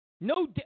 No